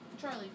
Charlie